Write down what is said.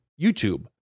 YouTube